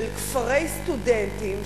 של כפרי סטודנטים,